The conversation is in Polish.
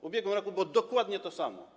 W ubiegłym roku było dokładnie to samo.